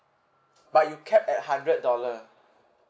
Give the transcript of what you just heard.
but you capped at hundred dollar